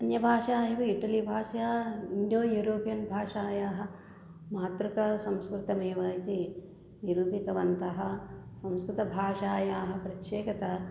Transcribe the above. अन्यभाषा एव इटलि भाषा इण्डो युरोपियन् भाषायाः मातृका संस्कृतमेव इति निरुपितवन्तः संस्कृतभाषायाः प्रत्येकता